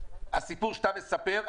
הסיפור שאתה מספר,